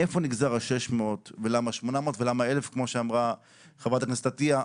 מאיפה נגזר ה-600 ולמה 800 ולמה 1,000 כמו שאמרה חברת הכנסת ביטון?